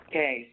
Okay